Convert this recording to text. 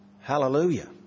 Hallelujah